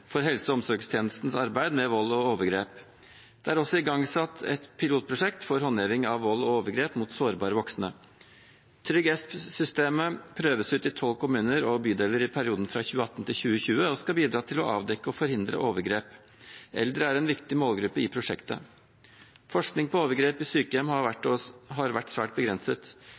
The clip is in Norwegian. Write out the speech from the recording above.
for helse- og omsorgstjenestens arbeid med vold og overgrep. Det er også igangsatt et pilotprosjekt for håndtering av vold og overgrep mot sårbare voksne. TryggEst-systemet prøves ut i tolv kommuner og bydeler i perioden fra 2018 til 2020 og skal bidra til å avdekke og forhindre overgrep. Eldre er en viktig målgruppe i prosjektet. Forskning på overgrep i sykehjem har vært svært begrenset. Forskningsrådet har